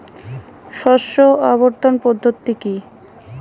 শস্য আবর্তন পদ্ধতি কি?